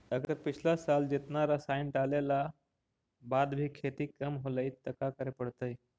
अगर पिछला साल जेतना रासायन डालेला बाद भी खेती कम होलइ तो का करे पड़तई?